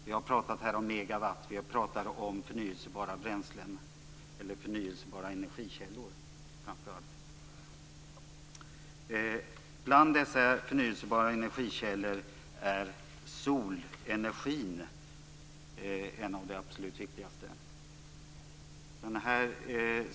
Vi har här talat om megawatt, och vi har talat om förnyelsebara energikällor. Bland dessa förnyelsebara energikällor är solenergin en av de absolut viktigaste.